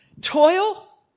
toil